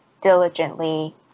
diligently